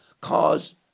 cause